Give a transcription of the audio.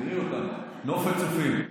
תראי אותם, נופת צופים.